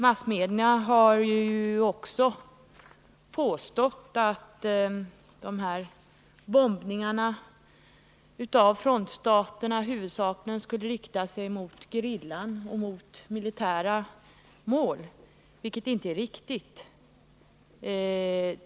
Massmedierna har också påstått att bombningarna av frontstaterna skulle rikta sig huvudsakligen mot gerillan och mot militära mål, vilket inte är riktigt.